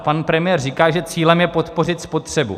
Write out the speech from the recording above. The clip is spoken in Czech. Pan premiér říká, že cílem je podpořit spotřebu.